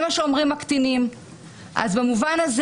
יש לי הרבה עצות בנושא הציבורי והלא ציבורי.